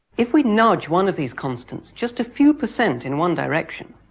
if we nudge one of these constants just a few percent in one direction,